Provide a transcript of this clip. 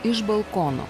iš balkono